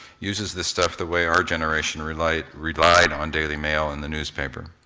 uses this stuff the way our generation relied relied on daily mail and the newspaper.